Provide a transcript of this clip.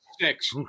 six